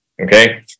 Okay